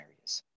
areas